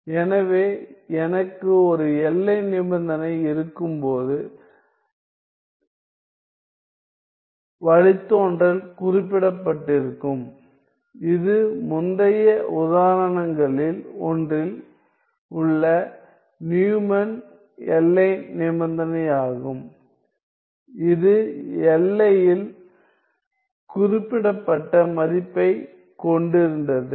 எனவே எனக்கு ஒரு எல்லை நிபந்தனை இருக்கும்போது வழித்தோன்றல் வகைக்கெழு குறிப்பிடப்பட்டிருக்கும் இது முந்தைய உதாரணங்களில் ஒன்றில் உள்ள நியூமன் எல்லை நிபந்தனையாகும் இது எல்லையில் குறிப்பிடப்பட்ட மதிப்பைக் கொண்டிருந்தது